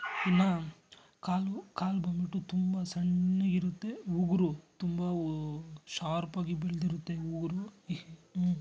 ಇನ್ನು ಕಾಲು ಕಾಲು ಬನ್ಬಿಟ್ಟು ತುಂಬ ಸಣ್ಣಗಿರುತ್ತೆ ಉಗುರು ತುಂಬ ಶಾರ್ಪಾಗಿ ಬೆಳೆದಿರುತ್ತೆ ಉಗುರು ಈ